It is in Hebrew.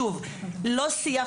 שוב, לא שיח.